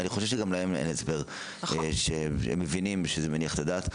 אני חושב שגם להם אין הסבר שמניח את הדעת.